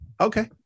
Okay